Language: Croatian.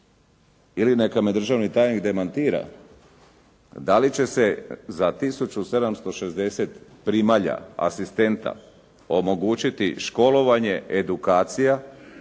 Ili neka me državni tajnik demantira. Da li će se za 1760 primalja asistenta omogućiti školovanje, edukacija